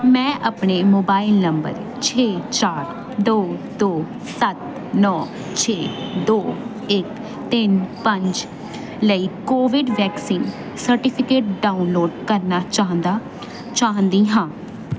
ਮੈਂ ਆਪਣੇ mobile number ਛੇ ਚਾਰ ਦੋ ਦੋ ਸੱਤ ਨੌ ਛੇ ਦੋ ਇੱਕ ਤਿੰਨ ਪੰਜ ਲਈ ਕੋਵਿਡ ਵੈਕਸੀਨ ਸਰਟੀਫਿਕੇਟ ਡਾਊਨਲੋਡ ਕਰਨਾ ਚਾਹੁੰਦਾ ਚਾਹੁੰਦੀ ਹਾਂ